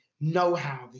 know-how